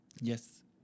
Yes